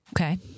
Okay